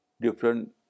different